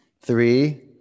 three